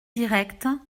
directes